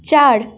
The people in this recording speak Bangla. চার